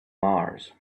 mars